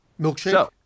Milkshake